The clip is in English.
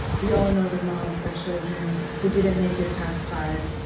we all know the moths are children who didn't make it past five.